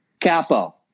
Capo